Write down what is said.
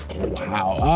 wow. ah,